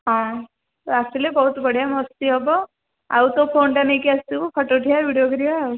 ହଁ ତୁ ଆସିଲେ ବହୁତ୍ ବଢ଼ିଆ ମସ୍ତି ହବ ଆଉ ତୋ ଫୋନ୍ଟା ନେଇକି ଆସିଥିବୁ ଫଟୋ ଉଠେଇବା ଭିଡ଼ିଓ କରିବା ଆଉ